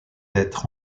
être